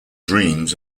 dreams